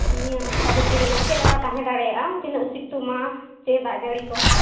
ᱱᱤᱭᱟᱹ ᱦᱟᱯᱛᱟ ᱵᱷᱤᱛᱤᱨ ᱨᱮᱱᱟᱜ ᱪᱮᱫᱞᱮᱠᱟ ᱛᱟᱦᱮᱸ ᱫᱟᱲᱮᱭᱟᱜᱼᱟ ᱛᱤᱱᱟᱹᱜ ᱥᱤᱛᱩᱝᱼᱟ ᱥᱮ ᱫᱟᱜ ᱡᱟᱹᱲᱤ ᱠᱚ